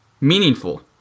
meaningful